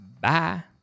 Bye